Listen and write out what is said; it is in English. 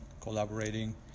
collaborating